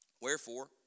Wherefore